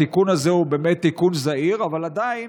התיקון הזה הוא באמת תיקון זעיר, אבל עדיין